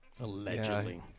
Allegedly